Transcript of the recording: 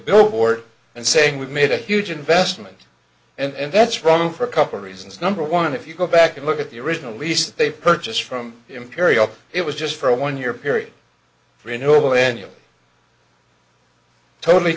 billboard and saying we've made a huge investment and that's wrong for a couple reasons number one if you go back and look at the original least they purchased from imperial it was just for a one year period renewable and you totally